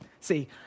See